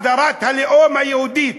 הגדרת הלאום היהודי,